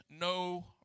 no